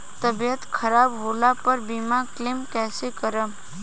तबियत खराब होला पर बीमा क्लेम कैसे करम?